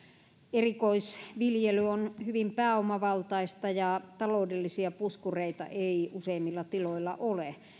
erikoisviljely on hyvin pääomavaltaista ja taloudellisia puskureita ei useimmilla tiloilla ole